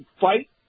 fight